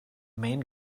main